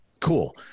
cool